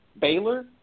Baylor